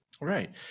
Right